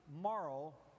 moral